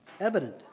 evident